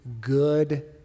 good